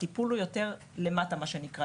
הטיפול הוא יותר מה שנקרא "למטה",